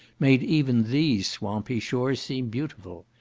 made even these swampy shores seem beautiful.